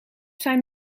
zijn